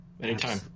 Anytime